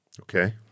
Okay